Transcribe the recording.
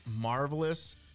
marvelous